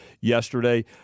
yesterday